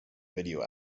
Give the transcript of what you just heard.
video